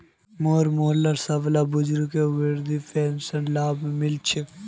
मोर मोहल्लार सबला बुजुर्गक वृद्धा पेंशनेर लाभ मि ल छेक